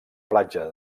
platja